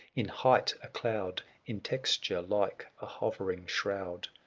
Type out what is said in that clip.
in height a cloud, in texture like a hovering shroud,